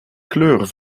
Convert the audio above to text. kleur